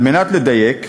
על מנת לדייק,